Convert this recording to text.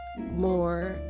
more